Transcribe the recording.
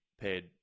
paid